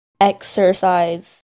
Exercise